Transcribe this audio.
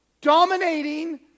dominating